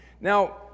Now